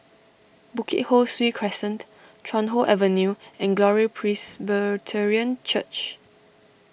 Bukit Ho Swee Crescent Chuan Hoe Avenue and Glory Presbyterian Church